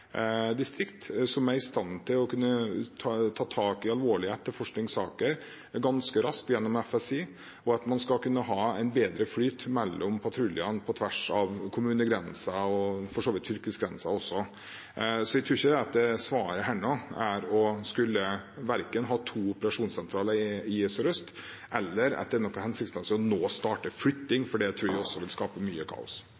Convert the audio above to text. distrikt som er i stand til å ta tak i alvorlige etterforskningssaker ganske raskt gjennom Felles straffesaksinntak, FSI, og at man skal kunne ha en bedre flyt mellom patruljene på tvers av kommunegrenser og for så vidt også fylkesgrenser. Så jeg tror at svaret verken er å skulle ha to operasjonssentraler i Sør-Øst, eller at det er hensiktsmessig å starte flytting nå,